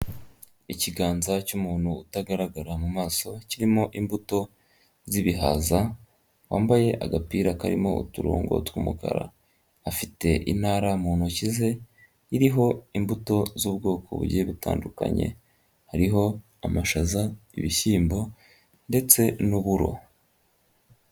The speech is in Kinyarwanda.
Ikiganza cy'umuntu utagaragara mu maso kirimo imbuto z'ibihaza, wambaye agapira karimo uturongo tw'umukara, afite intara mu ntoki ze iriho imbuto z'ubwoko bugiye butandukanye, hariho amashaza ibishyimbo ndetse n'uburo.